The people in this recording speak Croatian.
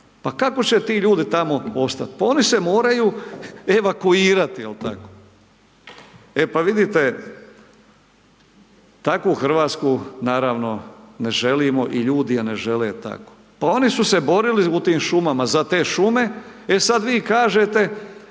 pa kako će ti ljudi tamo ostat, pa oni se moraju evakuirati jel tako. E pa vidite takvu Hrvatsku naravno ne želimo i ljudi je ne žele takvu, pa oni su se borili u tim šumama za te šume, e sad vi kažete